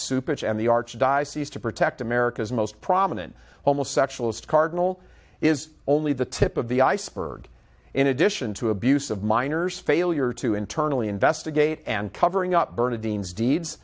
soup and the archdiocese to protect america's most prominent homosexuals cardinal is only the tip of the iceberg in addition to abuse of minors failure to internally investigate and covering up bernie dean's deeds